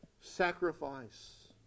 sacrifice